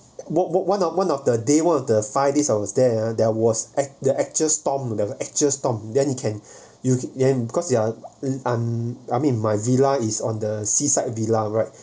one one one of day one of the five days I was there there was at the actual storm the actual storm then you can you can you can because you are an I mean my villa is on the seaside villa right